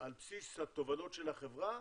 על בסיס התובנות של החברה